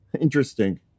Interesting